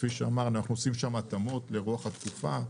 כפי שנאמר, אנחנו עושים שם התאמות לרוח התקופה.